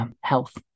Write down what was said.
health